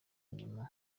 nyuma